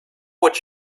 what